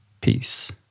peace